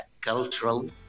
cultural